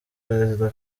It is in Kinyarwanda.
perezida